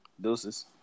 Deuces